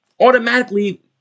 automatically